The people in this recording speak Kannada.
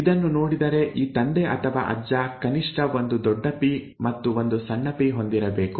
ಇದನ್ನು ನೋಡಿದರೆ ಈ ತಂದೆ ಅಥವಾ ಅಜ್ಜ ಕನಿಷ್ಠ ಒಂದು ದೊಡ್ಡ ಪಿ ಮತ್ತು ಒಂದು ಸಣ್ಣ ಪಿ ಹೊಂದಿರಬೇಕು